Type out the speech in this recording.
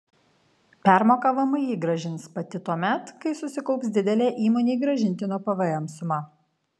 permoką vmi grąžins pati tuomet kai susikaups didelė įmonei grąžintino pvm suma